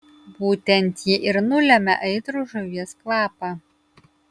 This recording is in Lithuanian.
būtent ji ir nulemia aitrų žuvies kvapą